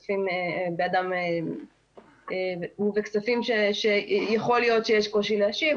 באדם ובכספים שיכול להיות שיש קושי להשיב.